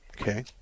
Okay